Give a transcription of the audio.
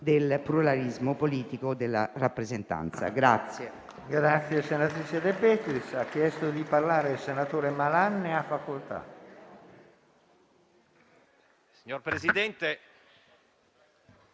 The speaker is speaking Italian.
del pluralismo politico e della rappresentanza.